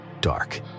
Dark